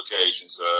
occasions